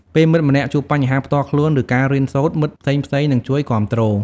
ពេលមិត្តម្នាក់ជួបបញ្ហាផ្ទាល់ខ្លួន ឬការរៀនសូត្រ មិត្តផ្សេងៗនឹងជួយគាំទ្រ។